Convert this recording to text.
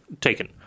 taken